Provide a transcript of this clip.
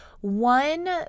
One